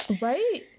Right